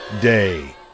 day